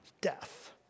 death